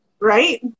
Right